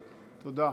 תודה.